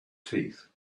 teeth